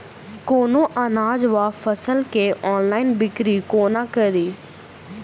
कोनों अनाज वा फसल केँ ऑनलाइन बिक्री कोना कड़ी?